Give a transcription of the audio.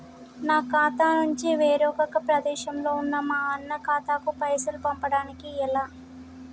నా ఖాతా నుంచి వేరొక ప్రదేశంలో ఉన్న మా అన్న ఖాతాకు పైసలు పంపడానికి ఎలా?